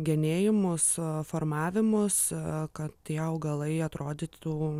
genėjimus formavimus kad tai augalai atrodytų